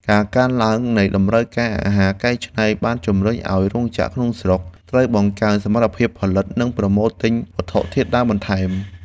ការកើនឡើងនៃតម្រូវការអាហារកែច្នៃបានជម្រុញឱ្យរោងចក្រក្នុងស្រុកត្រូវបង្កើនសមត្ថភាពផលិតនិងប្រមូលទិញវត្ថុធាតុដើមបន្ថែម។